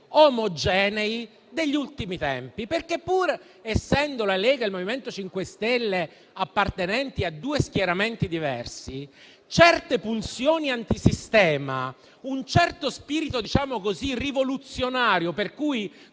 omogenei degli ultimi tempi: pur essendo la Lega e il Movimento 5 Stelle appartenenti a due schieramenti diversi, certe pulsioni antisistema - e un certo spirito rivoluzionario, per così